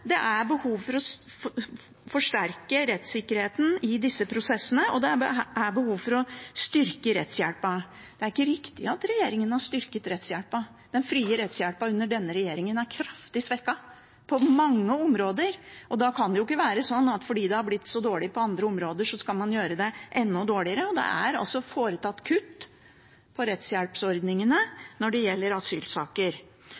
Det er behov for å forsterke rettssikkerheten i disse prosessene, og det er behov for å styrke rettshjelpen. Det er ikke riktig at regjeringen har styrket rettshjelpen, den frie rettshjelpen er under denne regjeringen kraftig svekket på mange områder. Det kan det ikke være sånn at fordi det har blitt så dårlig på andre områder, skal man gjøre det enda dårligere. Det er foretatt kutt